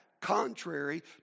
contrary